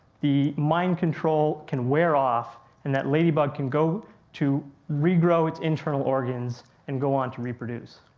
the mind control can wear off and that ladybug can go to re-grow its internal organs and go on to reproduce.